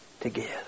together